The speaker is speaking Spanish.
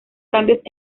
cambios